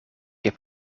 heb